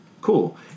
cool